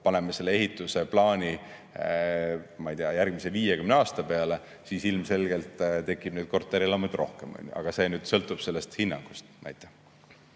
paneme selle ehituse plaani, ma ei tea, järgmise 50 aasta peale, siis ilmselgelt tekib neid korterelamuid rohkem. Aga see sõltub sellest hinnangust.